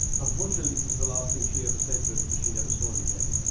unfortunately, it was the last thing she ever said to him, because she never saw him again.